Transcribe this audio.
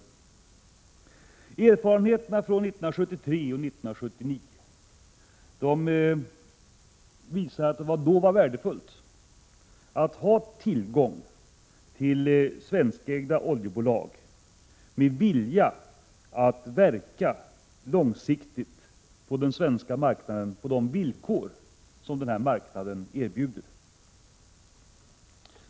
Erfarenheterna från 1973 och 1979 visar att det är värdefullt att ha tillgång till svenskägda oljebolag med vilja att verka långsiktigt på den svenska marknaden på de villkor som denna marknad erbjuder.